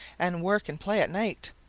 and work and play at night.